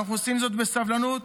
אנחנו עושים זאת בסבלנות,